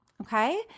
Okay